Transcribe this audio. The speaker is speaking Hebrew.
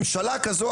ממשלה כזו,